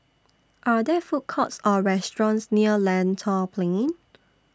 Are There Food Courts Or restaurants near Lentor Plain